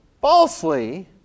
falsely